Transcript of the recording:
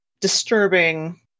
disturbing